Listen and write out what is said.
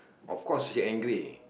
of course she angry